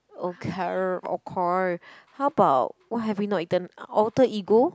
okay okay how about what have we not eaten Alter Ego